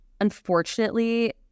Unfortunately